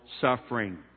suffering